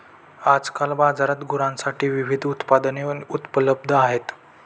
आजकाल बाजारात गुरांसाठी विविध उत्पादने उपलब्ध आहेत